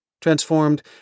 transformed